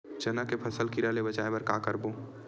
चना के फसल कीरा ले बचाय बर का करबो?